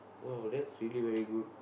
!wow! that's really very good